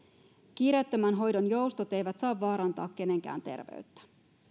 kiireettömän hoidon joustot eivät saa vaarantaa kenenkään terveyttä myös